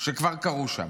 שכבר קרו שם.